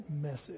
message